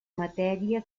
matèria